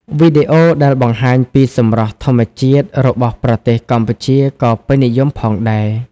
វីដេអូដែលបង្ហាញពីសម្រស់ធម្មជាតិរបស់ប្រទេសកម្ពុជាក៏ពេញនិយមផងដែរ។